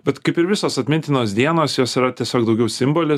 bet kaip ir visos atmintinos dienos jos yra tiesiog daugiau simbolis